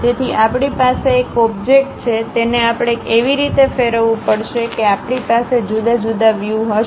તેથી આપણી પાસે એક ઓબ્જેક્ટ છે તેને આપણે એવી રીતે ફેરવવું પડશે કે આપણી પાસે જુદા જુદા વ્યૂ હશે